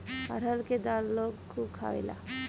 अरहर के दाल लोग खूब खायेला